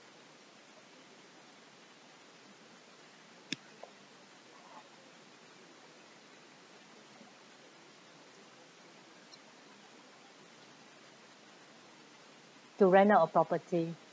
to rent out a property